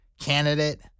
candidate